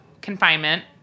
confinement